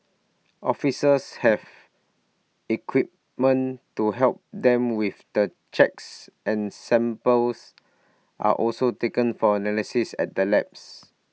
officers have equipment to help them with the checks and samples are also taken for analysis at the labs